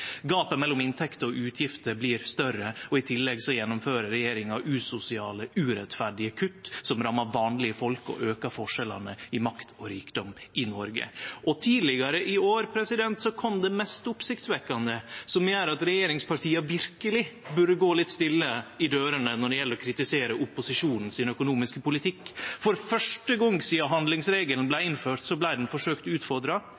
Gapet mellom inntekter og utgifter blir større, og i tillegg gjennomfører regjeringa usosiale, urettferdige kutt som rammar vanlege folk og aukar forskjellane i makt og rikdom i Noreg. Tidlegare i år kom det mest oppsiktsvekkjande, som gjer at regjeringspartia verkeleg burde gå litt stille i dørene når det gjeld å kritisere den økonomiske politikken til opposisjonen. For første gong sidan handlingsregelen vart innført, vart han forsøkt utfordra